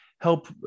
help